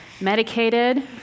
medicated